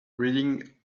reading